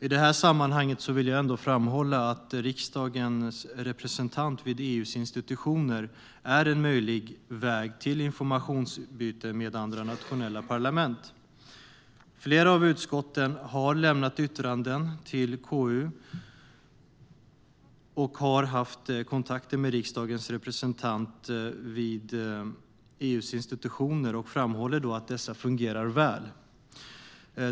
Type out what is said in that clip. I sammanhanget vill jag framhålla att riksdagens representant vid EU:s institutioner är en möjlig väg till informationsutbyte med andra nationella parlament. Flera av utskotten har lämnat yttranden till KU och har haft kontakter med riksdagens representant vid EU:s institutioner, och de framhåller att dessa fungerar väl.